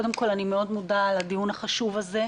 קודם כול אני מאוד מודה על הדיון החשוב הזה.